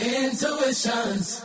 intuitions